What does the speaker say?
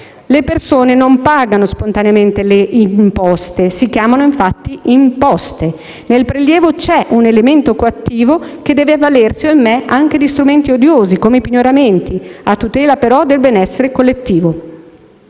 Le persone non pagano spontaneamente le imposte (si chiamano infatti imposte). Nel prelievo c'è un elemento coattivo che deve avvalersi, ahimè, anche di strumenti odiosi come i pignoramenti, a tutela però del benessere collettivo.